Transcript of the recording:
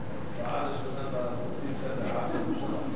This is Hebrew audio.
הצבעה ראשונה לאופוזיציה בעד הממשלה.